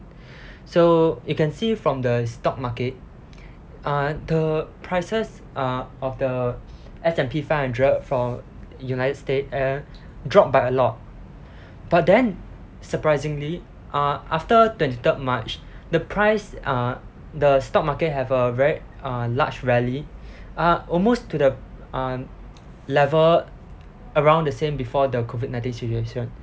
so you can see from the stock market uh the prices uh of the S&P five hundred from united states err dropped by a lot but then surprisingly uh after twenty third march the price uh the stock market have a very uh large rally uh almost to the uh level around the same before the COVID nineteen situation